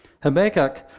Habakkuk